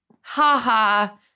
ha-ha